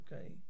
Okay